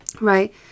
Right